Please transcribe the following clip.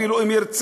אפילו אם ירצה,